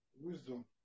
wisdom